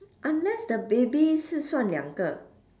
unless the baby 是算两个：shi suan liang ge